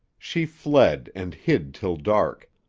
she fled and hid till dark,